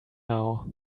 now